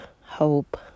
hope